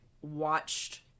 watched